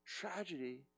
Tragedy